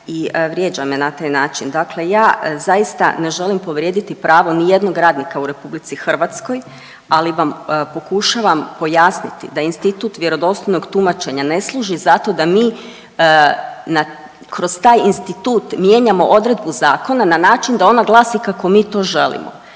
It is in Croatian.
i vrijeđa me na taj način. Dakle, ja zaista ne želim povrijediti pravo ni jednog radnika u Republici Hrvatskoj, ali vam pokušavam pojasniti da institut vjerodostojnog tumačenja ne služi zato da mi kroz taj institut mijenjamo odredbu zakona na način da ona glasi kako mi to želimo.